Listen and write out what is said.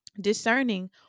discerning